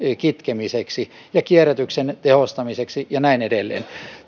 kitkemiseksi ja kierrätyksen tehostamiseksi ja näin edelleen